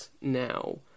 now